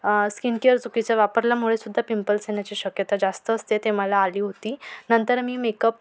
skincare चुकीचे वापरल्यामुळे सुद्धा पिंपल्स येण्याची शक्यता जास्त असते ते मला आली होती नंतर मी मेकअप